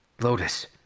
Lotus